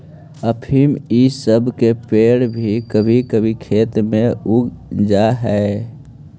अफीम इ सब के पेड़ भी कभी कभी खेत में उग जा हई